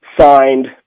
signed